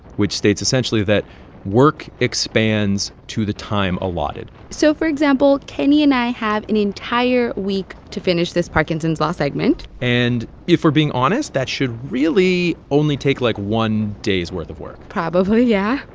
which states, essentially, that work expands to the time allotted so, for example, kenny and i have an entire week to finish this parkinson's law segment and if we're being honest, that should really only take, like, one day's worth of work probably, yeah.